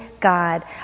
God